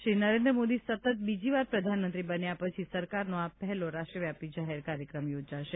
શ્રી નરેન્દ્રમોદી સતત બીજીવાર પ્રધાનમંત્રી બન્યા પછી સરકારનો આ પહેલો રાષ્ટ્રવ્યાપી જાહેર કાર્યક્રમ યોજાશે